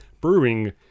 brewing